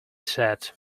said